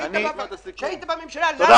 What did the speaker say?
כשהיית בממשלה למה לא העברת מתוך תקציב המדינה?